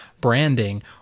branding